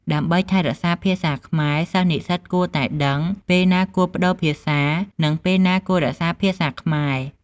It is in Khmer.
ដើម្បីថែរក្សាភាសាខ្មែរ សិស្សនិស្សិតគួរតែដឹងពេលណាគួរប្ដូរភាសា និងពេលណាគួររក្សាភាសាខ្មែរ។